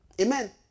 Amen